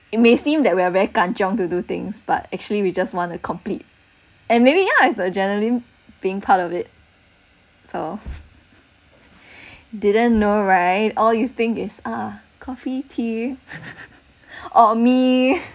it may seem that we're very kan jiong to do things but actually we just want to complete and maybe yeah the adrenaline being part of it so didn't know right all you think is ah coffee tea or me